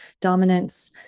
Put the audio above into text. dominance